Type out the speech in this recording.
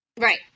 Right